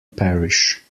parish